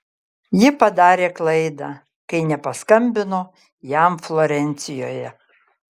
ji padarė klaidą kai nepaskambino jam florencijoje